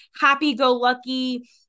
happy-go-lucky